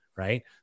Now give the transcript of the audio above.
Right